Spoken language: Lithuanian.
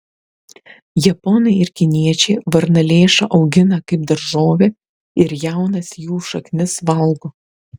japonai ir kiniečiai varnalėšą augina kaip daržovę ir jaunas jų šaknis valgo